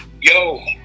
yo